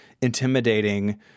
intimidating